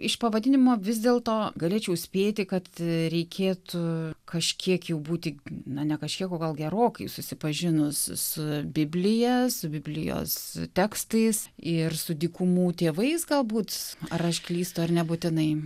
iš pavadinimo vis dėlto galėčiau spėti kad reikėtų kažkiek jau būti na ne kažkiek o gal gerokai susipažinus su biblija su biblijos tekstais ir su dykumų tėvais galbūt ar aš klystu ar nebūtinai